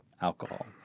alcohol